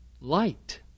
light